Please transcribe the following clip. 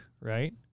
right